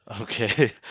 Okay